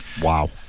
Wow